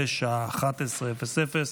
בשעה 11:00,